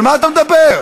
אני מבקש